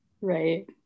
Right